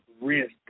risk